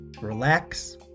relax